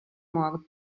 morto